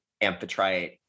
Amphitrite